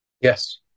Yes